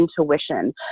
intuition